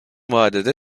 vadede